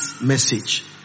message